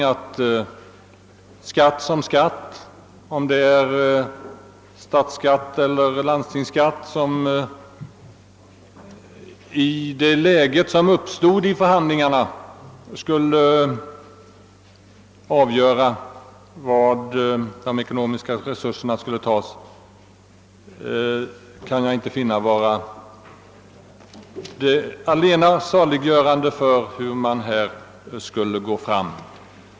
Skatt som skatt — frågan huruvida de ekonomiska resurserna skall tas från statsskatten eller landstingsskatten borde i det efter förhandlingarna uppkomna läget ej fått vara det avgörande vid bedömningen hur man bör gå till väga.